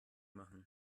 machen